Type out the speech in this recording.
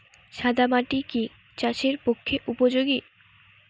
সাদা মাটি কি চাষের পক্ষে উপযোগী?